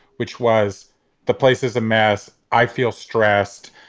which was the place is a mess. i feel stressed.